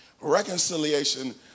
Reconciliation